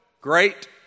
great